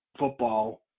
football